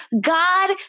God